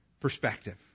perspective